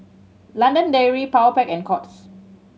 London Dairy Powerpac and Courts